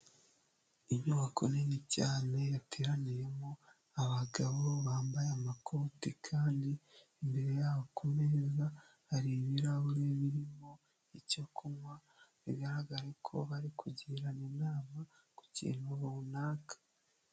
Inyubako nini cyane yateraniyemo abagabo bambaye amakoti; kandi imbere yabo ku meza hari ibirahuri birimo icyo kunywa; bigaragara ko bari kugirana inama ku kintu runaka.